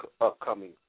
upcoming